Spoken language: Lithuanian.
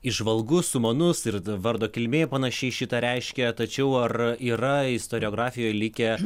įžvalgus sumanus ir vardo kilmė panašiai šitą reiškia tačiau ar yra istoriografijoj likę